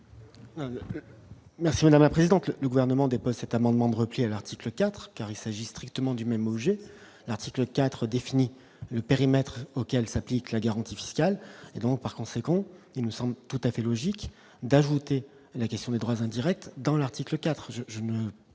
Merci madame la présidente, le gouvernement dépose cet amendement de repli à l'article IV car il s'agit strictement du même objet, l'article 4 défini le périmètre auxquelles s'applique la garantie fiscale et donc, par conséquent, il nous semble tout à fait logique d'ajouter la question des droits indirects dans l'article IV